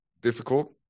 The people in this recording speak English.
difficult